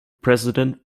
president